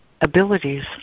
abilities